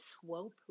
Swope